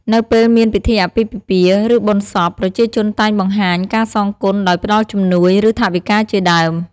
នៅពេលមានពិធីអាពាហ៍ពិពាហ៍ ឬបុណ្យសព ប្រជាជនតែងបង្ហាញការសងគុណ ដោយផ្តល់ជំនួយ ឬថវិកាជាដើម។